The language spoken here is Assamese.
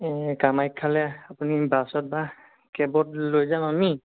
কামাখ্যালৈ আপুনি বাছত বা কেবত লৈ যাম আমি